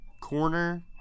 corner